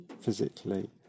physically